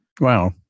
Wow